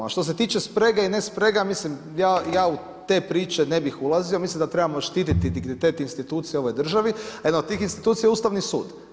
A što se tiče sprege, mislim ja u te priče ne bih ulazio, mislim da trebamo štititi dignitet institucija u ovoj državi, a jedna od tih institucija je Ustavni sud.